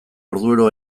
orduero